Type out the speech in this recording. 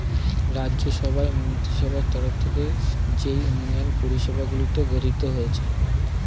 রাজ্য সভার মন্ত্রীসভার তরফ থেকে যেই উন্নয়ন পরিষেবাগুলি গঠিত হয়েছে